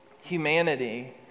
Humanity